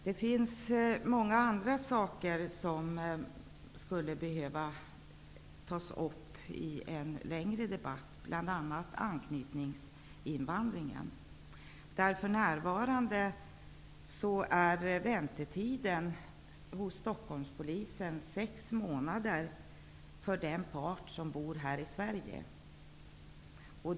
Det finns många andra saker som skulle behöva tas upp i en längre debatt, bl.a. anknytningsinvandringen. För närvarande är väntetiden hos Stockholmspolisen sex månader för den part som bor här i Sverige.